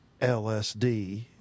LSD